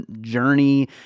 journey